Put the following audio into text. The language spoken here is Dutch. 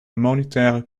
monetaire